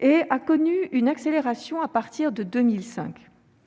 et a connu une accélération à partir de 2005.